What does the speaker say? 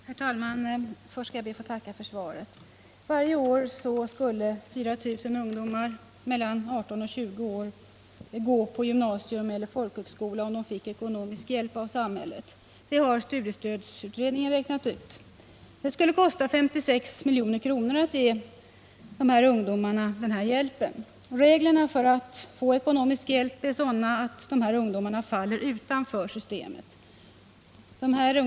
Herr talman! Först skall jag be att få tacka för svaret. Varje år skulle 4 000 ungdomar mellan 18 och 20 år gå på gymnasium eller folkhögskola om de fick ekonomisk hjälp av samhället. Det har studiestödsutredningen räknat ut. Det skulle kosta 56 milj.kr. att ge dessa ungdomar denna hjälp. Reglerna för att få ekonomisk hjälp är sådana att de här ungdomarna faller utanför systemet.